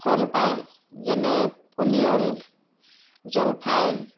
ফল পায় যেনে পনিয়ল জলফাই